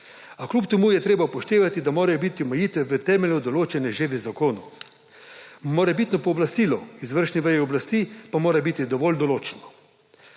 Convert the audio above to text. A kljub temu je treba upoštevati, da morajo biti omejitve v temelju določene že v zakonu. Morebitno pooblastilo izvršni veji oblasti pa mora biti dovolj določno.